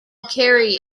carry